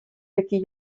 такі